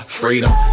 freedom